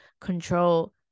control